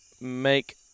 make